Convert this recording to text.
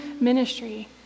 ministry